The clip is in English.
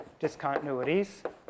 discontinuities